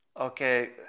Okay